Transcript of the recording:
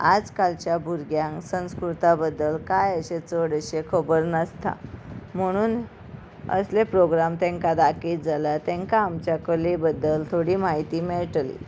आज कालच्या भुरग्यांक संस्कृता बद्दल कांय अशें चड अशें खबर नासता म्हणून असले प्रोग्राम तेंकां दाखयत जाल्यार तेंकां आमच्या कले बद्दल थोडी म्हायती मेळटली